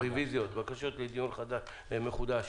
בקשות לדיון מחודש